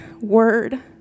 word